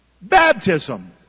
Baptism